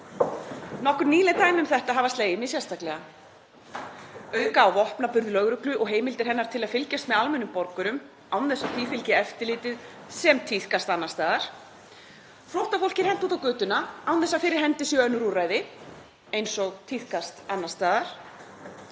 Nokkur nýleg dæmi um þetta hafa slegið mig sérstaklega: Auka á vopnaburð lögreglu og heimildir hennar til að fylgjast með almennum borgurum án þess að því fylgi eftirlitið sem tíðkast annars staðar. Flóttafólki er hent út á götuna án þess að fyrir hendi séu önnur úrræði eins og tíðkast annars staðar.